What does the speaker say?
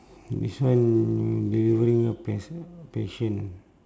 this one delivery no patie~ patient